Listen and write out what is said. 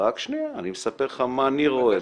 רק שנייה, אני מספר לך מה אני רואה.